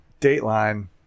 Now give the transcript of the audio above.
Dateline